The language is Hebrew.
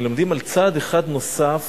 מלמדים על צעד אחד נוסף